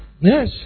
Yes